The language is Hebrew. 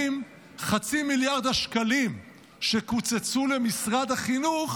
אם 0.5 מיליארד השקלים שקוצצו למשרד החינוך